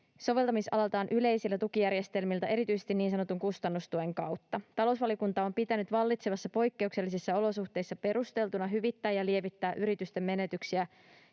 soveltamisalaltaan yleisillä tukijärjestelmillä, erityisesti niin sanotun kustannustuen kautta. Talousvaliokunta on pitänyt vallitsevissa poikkeuksellisissa olosuhteissa perusteltuna hyvittää ja lievittää yritysten menetyksiä